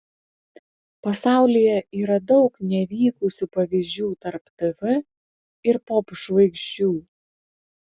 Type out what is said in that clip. pasaulyje yra daug nevykusių pavyzdžių tarp tv ir popžvaigždžių